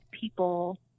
people